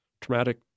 traumatic